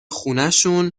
خونشون